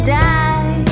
die